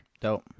Dope